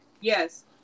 Yes